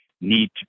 need